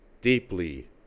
deeply